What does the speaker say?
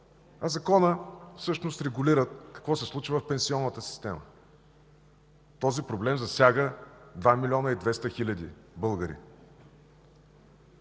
А законът всъщност регулира какво се случва в пенсионната система. Този проблем засяга 2 милиона и 200 хиляди българи.